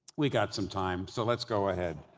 we got some time so let's go ahead.